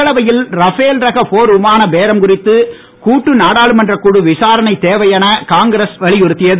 மக்களவையில் ரஃபேல் ரக போர் விமான பேரம் குறித்து கூட்டு நாடாளுமன்றக் குழு விசாரணை தேவை என காயங்கிஸ் வலியுறுத்தி உள்ளது